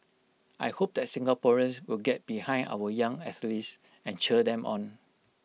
I hope that Singaporeans will get behind our young athletes and cheer them on